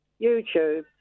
YouTube